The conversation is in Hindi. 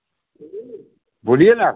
बोलिए ना आप